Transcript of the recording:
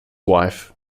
wife